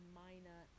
minor